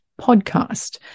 podcast